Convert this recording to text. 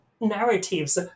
narratives